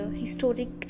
historic